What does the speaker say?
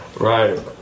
right